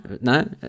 No